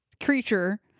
creature